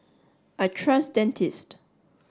I trust Dentist